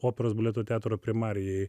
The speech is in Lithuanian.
operos baleto teatro primarijai